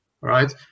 right